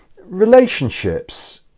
Relationships